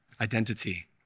identity